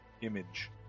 image